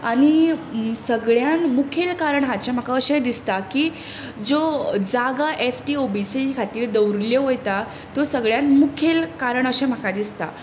आनी सगळ्यांत मुखेल कारण हाचें म्हाका अशें दिसता की ज्यो जागा S T O B C खातीर दवरिल्ल्यो वयता त्यो सगळ्यांत मुखेल कारण अशें म्हाका दिसता